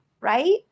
right